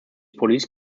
police